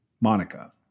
Monica